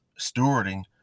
stewarding